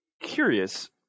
curious